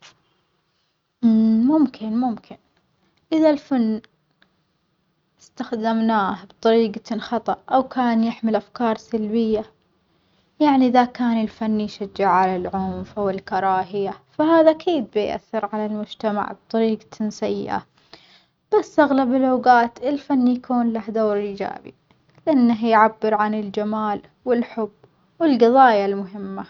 ممكن ممكن، إذا الفن إستخدمناه بطريجة خطأ أو كان يحمل أفكرا سلبية، يعني إذا كان الفن يشجع على العنف والكراهية فهذا أكيد بيأثر على المجتمع بطريجةٍ سيئة، بس أغلب الأوجات الفن يكون له دور إيجابي إنه يعبر عن الجمال والحب والقظايا المهمة.